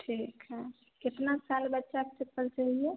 ठीक है कितना साल बच्चे का चप्पल चाहिए